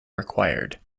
required